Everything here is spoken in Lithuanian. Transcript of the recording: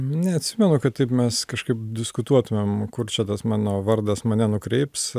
neatsimenu kad taip mes kažkaip diskutuotumėm kur čia tas mano vardas mane nukreips